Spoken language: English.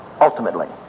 ultimately